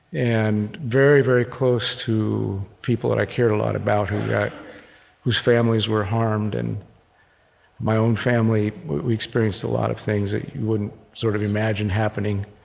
and very, very close to people that i cared a lot about, whose whose families were harmed. and my own family, we experienced a lot of things that you wouldn't sort of imagine happening.